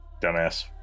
Dumbass